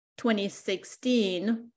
2016